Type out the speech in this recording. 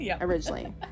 originally